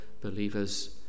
believers